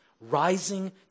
Rising